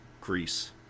greece